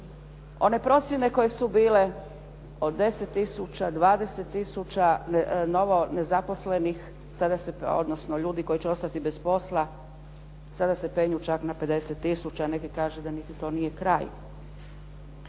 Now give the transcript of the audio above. One procjene koje su bile od 10000, 20000 novo nezaposlenih, odnosno ljudi koji će ostati bez posla sada se penju čak na 50000, a neki kažu da niti to nije kraj.